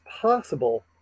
possible